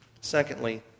Secondly